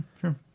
Sure